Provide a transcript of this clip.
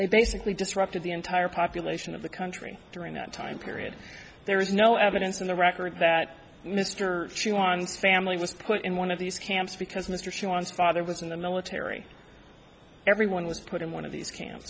they basically disrupted the entire population of the country during that time period there is no evidence of a record that mr she wants family was put in one of these camps because mr she wants father was in the military everyone was put in one of these ca